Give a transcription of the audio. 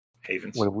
Havens